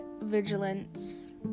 Vigilance